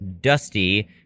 Dusty